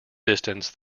distance